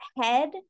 head